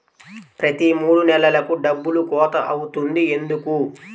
ప్రతి మూడు నెలలకు డబ్బులు కోత అవుతుంది ఎందుకు?